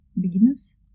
beginners